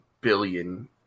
billion